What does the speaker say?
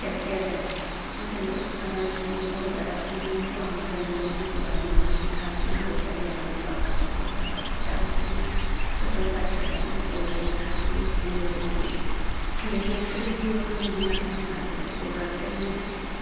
क्या किया जाए उनके समय में बहुत ज़्यादा समय नहीं हुआ हमारे आंदोलन के बारे में वही था कि वह जालियावाला बाग का प्रशंसा सब कुछ जानते हैं प्रशंसा क्या उनको यह था कि अंग्रेजों के बीच घिरे थे फिर भी उन्होने हिम्मत नहीं हारते थे वह डरते नहीं थे किसी से